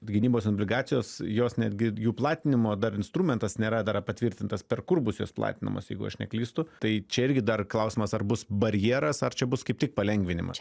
gynybos obligacijos jos netgi jų platinimo dar instrumentas nėra dar patvirtintas per kur bus jos platinamos jeigu aš neklystu tai čia irgi dar klausimas ar bus barjeras ar čia bus kaip tik palengvinimas